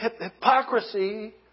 Hypocrisy